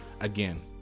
again